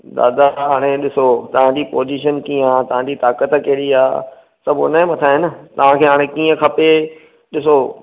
दादा हाणे ॾिसो तव्हांजी पोजिशन कीअं आहे तव्हांजी ताक़त कहिड़ी आहे सभु हुनजे मथां आहे न तव्हांखे हाणे कीअं खपे ॾिसो